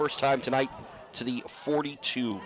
first time tonight to the forty two